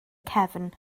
cefn